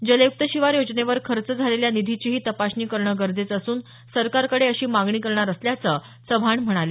जलयुक्त शिवार योजनेवर खर्च झालेल्या निधीचीही तपासणी करणं गरजेचं असून सरकारकडे अशी मागणी करणार असल्याचं चव्हाण म्हणाले